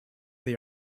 they